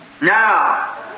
Now